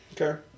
Okay